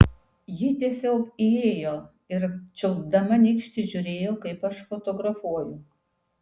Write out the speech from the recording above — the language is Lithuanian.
ji tiesiog įėjo ir čiulpdama nykštį žiūrėjo kaip aš fotografuoju